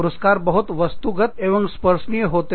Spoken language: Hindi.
पुरस्कार बहुत वस्तुगत एवं स्पर्शनीय होते हैं